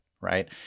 right